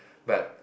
but